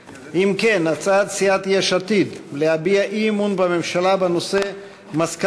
הצעת חוק ההוצאה לפועל (תיקון, סמכות